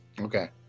Okay